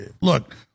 look